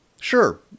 Sure